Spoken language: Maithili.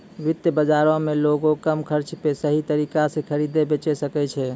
वित्त बजारो मे लोगें कम खर्चा पे सही तरिका से खरीदे बेचै सकै छै